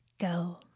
go